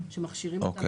שמכשירים אותם,